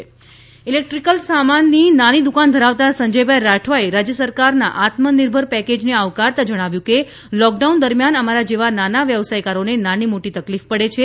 package electrical સામાનની નાની દુકાન ધરાવતા સંજયભાઇ રાઠવાએ રાજય સરકારના આત્મનિર્ભર પેકેજને આવકારતાં જણાવ્યું કે લોકડાઉન દરમિયાન અમારા જેવા નાના વ્યવસાયકારોને નાની મોટી તકલીફ પડી છે